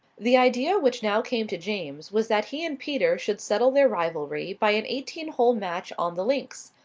the idea which now came to james was that he and peter should settle their rivalry by an eighteen-hole match on the links.